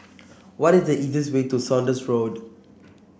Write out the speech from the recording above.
what is the easiest way to Saunders Road